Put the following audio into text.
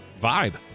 vibe